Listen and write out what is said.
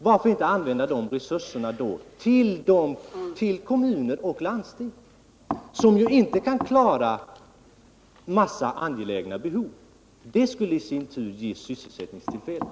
Varför inte i stället använda dessa resurser för att hjälpa kommuner och landsting, som inte kan klara en massa angelägna behov. Det skulle i sin tur ge sysselsättningstillfällen.